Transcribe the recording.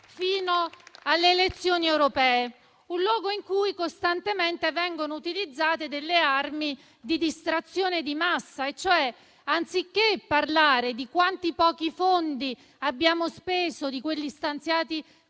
fino alle elezioni europee. È un luogo in cui costantemente vengono utilizzate armi di distrazione di massa: anziché parlare di quanti pochi fondi abbiamo speso di quelli stanziati